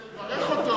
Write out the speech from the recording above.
אני רוצה לברך אותו.